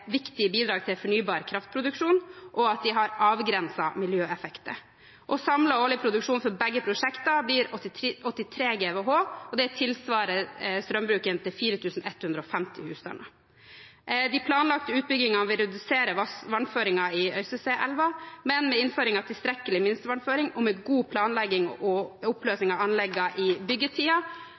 viktige bidrag til fornybar kraftproduksjon, og at de har avgrensede miljøeffekter. Samlet årlig produksjon for begge prosjektene blir 83 GWh, som tilsvarer strømbruken til 4 150 husstander. De planlagte utbyggingene vil redusere vannføringen i Øysteseelva, men med innføring av tilstrekkelig minstevannføring og god planlegging og oppfølging av anleggene i